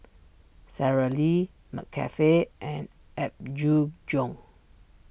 Sara Lee McCafe and Apgujeong